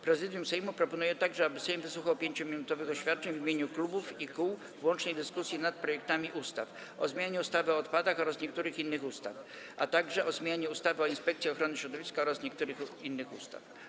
Prezydium Sejmu proponuje także, aby Sejm wysłuchał 5-minutowych oświadczeń w imieniu klubów i kół w łącznej dyskusji nad projektami ustaw: - o zmianie ustawy o odpadach oraz niektórych innych ustaw, - o zmianie ustawy o Inspekcji Ochrony Środowiska oraz niektórych innych ustaw.